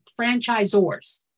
franchisors